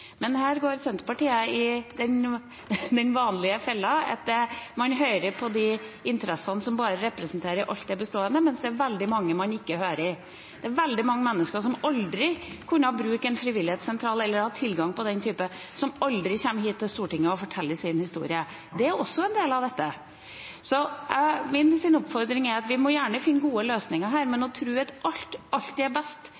Men her går Senterpartiet i den vanlige fella, at man hører på de interessene som bare representerer alt det bestående, mens det er veldig mange man ikke hører. Det er veldig mange mennesker som aldri vil kunne bruke en frivilligsentral, eller ha tilgang på den type sted, og som aldri kommer hit til Stortinget og forteller sin historie. Det er også en del av dette. Så min oppfordring er at vi må gjerne finne gode løsninger her, men